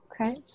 Okay